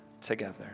together